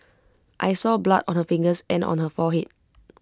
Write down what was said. I saw blood on her fingers and on her forehead